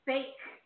fake